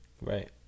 right